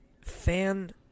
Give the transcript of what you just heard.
fan –